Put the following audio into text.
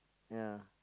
ya